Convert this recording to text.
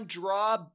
draw